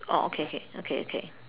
oh okay okay okay okay